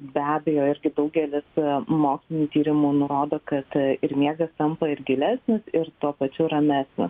be abejo irgi daugelis mokslinių tyrimų nurodo kad ir miegas tampa ir gilesnis ir tuo pačiu ramesnis